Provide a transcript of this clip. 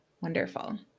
Wonderful